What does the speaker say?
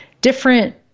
different